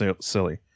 silly